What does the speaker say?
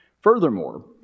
Furthermore